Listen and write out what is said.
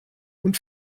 und